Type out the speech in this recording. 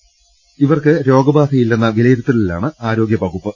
എന്നാൽ ഇവർക്ക് രോഗ ബാധയില്ലെന്ന വിലയിരുത്തലിലാണ് ആരോഗ്യവകുപ്പ്